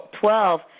Twelve